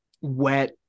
wet